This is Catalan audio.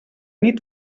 nit